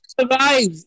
survive